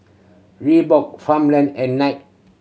Reebok Farmland and Knight